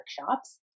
workshops